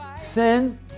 sin